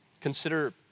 Consider